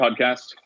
podcast